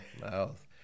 mouth